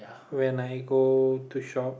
when I go to shop